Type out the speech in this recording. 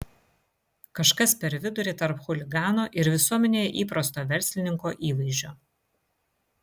kažkas per vidurį tarp chuligano ir visuomenėje įprasto verslininko įvaizdžio